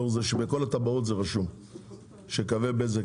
לאור העובדה שבכל התב"עות רשום שיש קווי בזק?